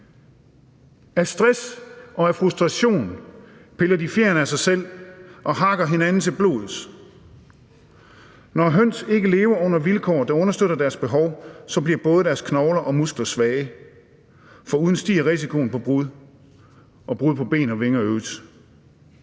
Af stress og af frustration piller de fjerene af sig selv og hakker hinanden til blods. Når høns ikke lever under vilkår, der understøtter deres behov, så bliver både deres knogler og muskler svage, foruden stiger risikoen for brud på ben og vinger.